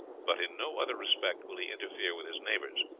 but in no other respect will he interfere with his neighbors.